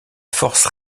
force